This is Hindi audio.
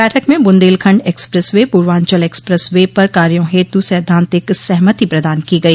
बैठक में Bundelkhand expressway Purvanchal expressway पर कार्यो हेतु सैद्वान्तिक सहमति प्रदान की गई